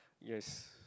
yes